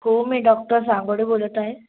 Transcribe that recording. हो मी डॉक्टर जांगोडे बोलत आहे